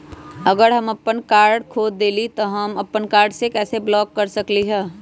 अगर हम अपन कार्ड खो देली ह त हम अपन कार्ड के कैसे ब्लॉक कर सकली ह?